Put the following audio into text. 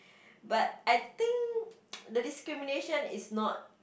but I think the discrimination is not